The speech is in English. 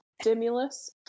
stimulus